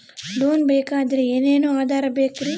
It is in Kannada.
ಲೋನ್ ಬೇಕಾದ್ರೆ ಏನೇನು ಆಧಾರ ಬೇಕರಿ?